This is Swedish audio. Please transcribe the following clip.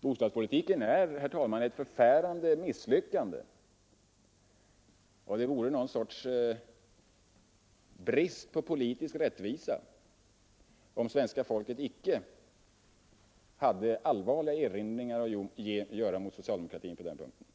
Bostadspolitiken är, herr talman, ett förfärande misslyckande, och det vore någon sorts brist på politisk rättvisa om svenska folket icke hade allvarliga erinringar att göra mot socialdemokratin på den punkten.